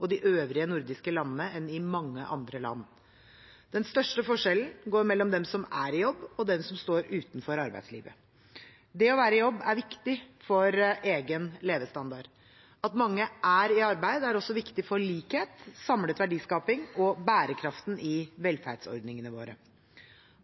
og de øvrige nordiske landene enn i mange andre land. Den største forskjellen er mellom dem som er i jobb, og dem som står utenfor arbeidslivet. Det å være i jobb er viktig for egen levestandard. At mange er i arbeid, er også viktig for likhet, samlet verdiskaping og bærekraften i velferdsordningene våre.